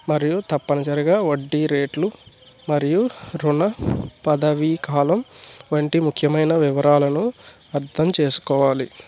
మరియు తప్పనిసరిగా వడ్డీ రేట్లు మరియు రుణ పదవీకాలం వంటి ముఖ్యమైన వివరాలను అర్థం చేసుకోవాలి